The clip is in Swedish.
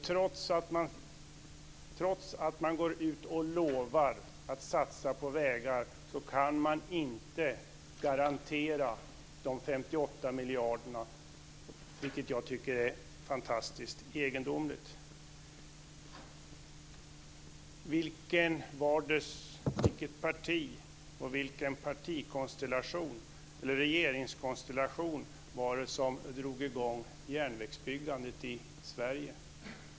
Trots att man går ut och lovar att satsa på vägar kan man inte garantera de 58 miljarderna, vilket jag tycker är fantastiskt egendomligt. Vilket parti och vilken regeringskonstellation var det som drog i gång järnvägsbyggandet i Sverige?